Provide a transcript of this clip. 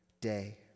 day